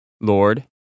Lord